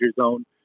zone